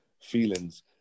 feelings